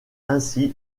ainsi